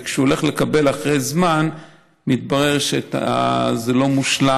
וכשהוא הולך לקבל את זה אחרי זמן מתברר שזה לא מושלם,